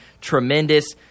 tremendous